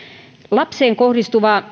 lapseen kohdistuva